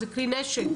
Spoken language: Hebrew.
זה כלי נשק,